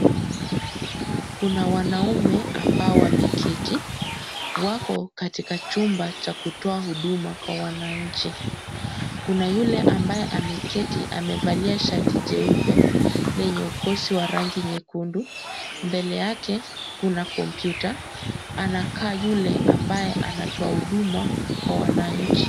Kuna wanaume ambao wameketi, wako katika chumba cha kutoa huduma kwa wanainchi .Kuna yule ambaye ameketi amevalia shati jeupe lenye ukosi wa rangi nyekundu mbele yake kuna kompyuta, anakaa yule ambaye anatoa huduma kwa wanainchi.